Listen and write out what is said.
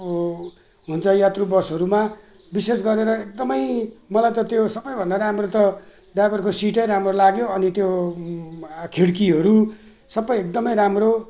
उ हुन्छ यात्रु बसहरूमा विशेष गरेर एकदमै मलाई त त्यो सबैभन्दा राम्रो त ड्राइभरको सिटै राम्रो लाग्यो अनि त्यो खिर्कीहरू सबै एकदमै राम्रो